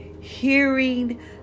Hearing